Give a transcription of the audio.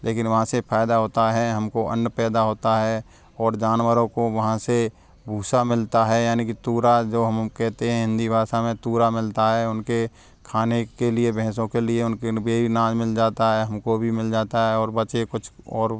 लेकिन वहाँ से फायदा होता है हमको अन्न पैदा होता है और जानवरों को वहाँ से भूसा मिलता है यानी की तुरा जो हम कहते हैं हिंदी भाषा में तुरा मिलता हैं उनके खाने के लिए भैंसो के लिए उनके भी अनाज मिल जाता हैं हमको भी मिल जाता हैं और बचे कुछ और